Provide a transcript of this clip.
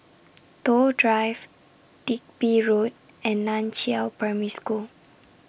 Toh Drive Digby Road and NAN Chiau Primary School